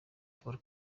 paul